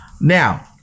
Now-